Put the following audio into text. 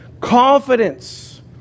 confidence